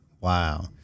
Wow